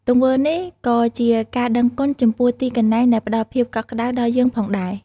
ទង្វើនេះក៏ជាការដឹងគុណចំពោះទីកន្លែងដែលផ្តល់ភាពកក់ក្តៅដល់យើងផងដែរ។